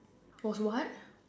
was what